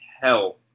hell